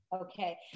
okay